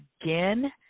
again